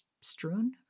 strewn